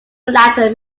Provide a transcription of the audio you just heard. latter